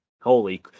holy